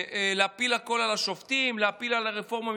להפיל הכול על השופטים, להפיל על הרפורמה משפטית,